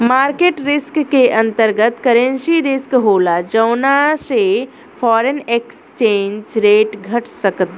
market risk के अंतर्गत, currency risk होला जौना से फॉरेन एक्सचेंज रेट घट सकता